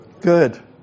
good